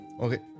okay